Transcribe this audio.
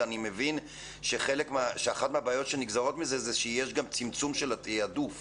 אני מבין שאחת הבעיות שנגזרות מכך היא שיש גם צמצום של התעדוף.